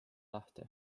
lahti